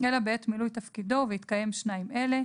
אלא בעת מילוי תפקידו ובהתקיים שניים אלה: